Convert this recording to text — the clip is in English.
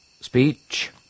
speech